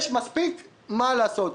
יש מספיק מה לעשות.